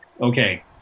okay